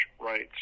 rights